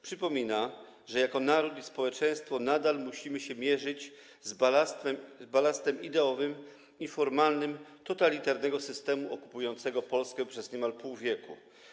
Przypomina, że jako naród i społeczeństwo nadal musimy się mierzyć z balastem ideowym i formalnym totalitarnego systemu okupującego Polskę przez niemal pół wieku.